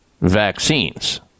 vaccines